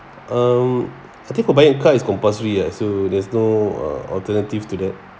um I think for buying a car is compulsory ah so there's no uh alternative to that